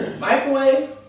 Microwave